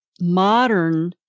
modern